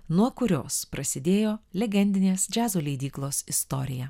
nuo kurios prasidėjo legendinės džiazo leidyklos istorija